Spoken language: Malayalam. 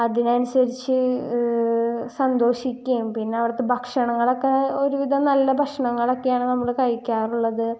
അതിനനുസരിച്ച് സന്തോഷിക്കുകയും പിന്നെ അവിടുത്തെ ഭക്ഷണങ്ങളൊക്കെ ഒരുവിധം നല്ല ഭക്ഷണങ്ങളൊക്കെയാണ് നമ്മൾ കഴിക്കാറുള്ളത്